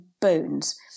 bones